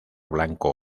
blanco